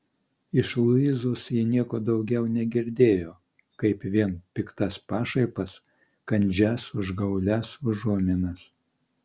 iš luizos ji nieko daugiau negirdėjo kaip vien piktas pašaipas kandžias užgaulias užuominas